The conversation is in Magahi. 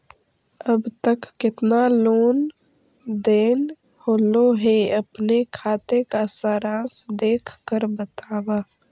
अब तक कितना लेन देन होलो हे अपने खाते का सारांश देख कर बतावा